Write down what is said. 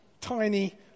tiny